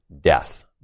death